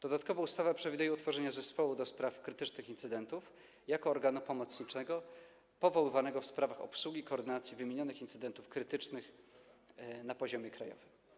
Dodatkowo ustawa przewiduje utworzenie Zespołu do spraw Incydentów Krytycznych jako organu pomocniczego powoływanego w sprawach obsługi i koordynacji wymienionych incydentów krytycznych na poziomie krajowym.